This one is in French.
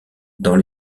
dans